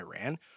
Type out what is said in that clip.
Iran